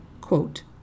quote